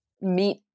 meet